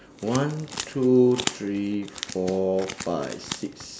one two three four five six